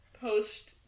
post